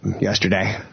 yesterday